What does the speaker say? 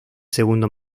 segundo